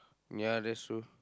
ya that's true